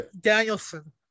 Danielson